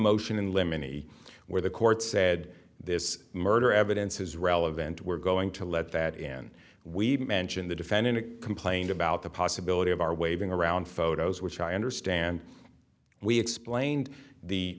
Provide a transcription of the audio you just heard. motion in limine e where the court said this murder evidence is relevant we're going to let that in we mentioned the defendant complained about the possibility of our waving around photos which i understand we explained the